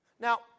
Now